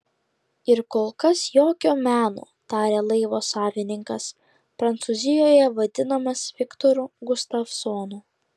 ir kol kas jokio meno tarė laivo savininkas prancūzijoje vadinamas viktoru gustavsonu